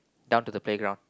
down to the playground